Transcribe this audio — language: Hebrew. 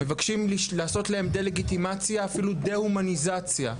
מבקשים לעשות להם דה-לגיטימציה ואפילו דה-הומניזציה.